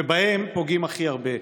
בהם פוגעים הכי הרבה.